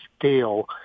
scale